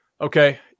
Okay